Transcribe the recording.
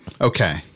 Okay